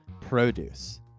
produce